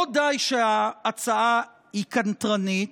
לא די שההצעה היא קנטרנית,